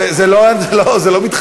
זה לא מתחדש.